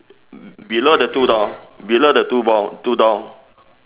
below the two door below the two door two door